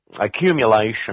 accumulation